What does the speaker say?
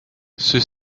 ceux